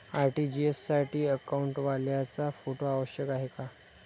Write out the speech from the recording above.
RTGS साठी अकाउंटवाल्याचा photo आवश्यक आहे का?